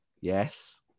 Yes